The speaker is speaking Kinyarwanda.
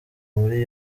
muri